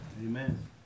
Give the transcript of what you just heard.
Amen